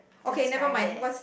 describe it